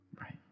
Right